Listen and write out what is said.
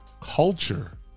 culture